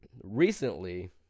recently